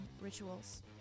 rituals